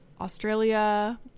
Australia